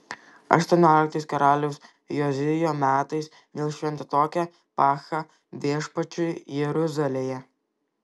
aštuonioliktais karaliaus jozijo metais vėl šventė tokią paschą viešpačiui jeruzalėje